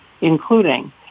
including